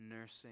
nursing